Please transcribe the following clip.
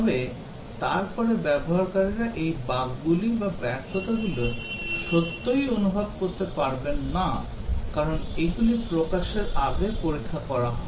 তবে তারপরে ব্যবহারকারীরা এই বাগগুলি বা ব্যর্থতাগুলি সত্যই অনুভব করতে পারবেন না কারণ এগুলি প্রকাশের আগে পরীক্ষা করা হয়